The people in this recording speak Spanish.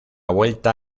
vuelta